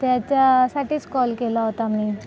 त्याच्यासाठीच कॉल केला होता मी